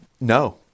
No